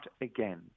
again